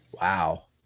wow